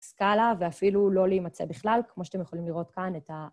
סקאלה ואפילו לא להימצא בכלל, כמו שאתם יכולים לראות כאן את ה...